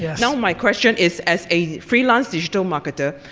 yeah now, my question is, as a freelance digital marketer,